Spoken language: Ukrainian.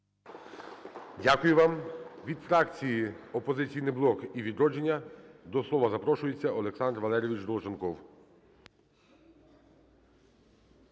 Дякую вам. Від фракції "Опозиційний блок" і "Відродження" до слова запрошується Олександр Валерійович Долженков.